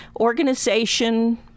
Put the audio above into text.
organization